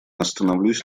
остановлюсь